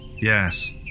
Yes